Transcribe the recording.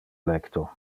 lecto